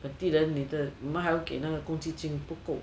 本地人我们还给那个公积金不够